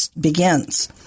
begins